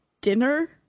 dinner